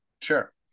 Sure